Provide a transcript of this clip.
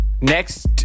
Next